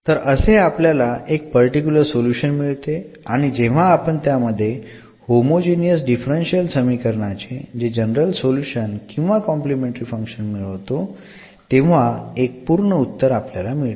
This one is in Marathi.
तर असे आपल्याला एक पर्टिक्युलर सोल्युशन मिळते आणि जेव्हा आपण त्यामध्ये होमोजिनियस डिफरन्शियल समीकरणाचे चे जनरल सोल्युशन किंवा कॉम्प्लिमेंटरी फंक्शन मिळवतो तेव्हा एक पूर्ण उत्तर आपल्याला मिळते